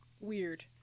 weird